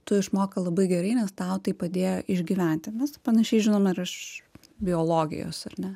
tu išmokai labai gerai nes tau tai padėjo išgyventi mes panašiai žinom ir iš biologijos ar ne